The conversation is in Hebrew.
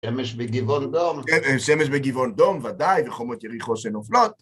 שמש בגבעון דום. שמש בגבעון דום, ודאי, וחומות יריחו שנופלות.